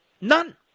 None